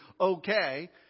okay